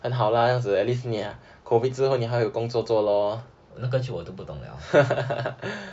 那个就我都不懂 liao